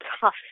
tough